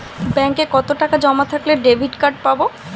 ব্যাঙ্কে কতটাকা জমা থাকলে ডেবিটকার্ড পাব?